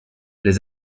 les